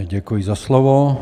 Děkuji za slovo.